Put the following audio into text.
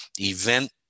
Event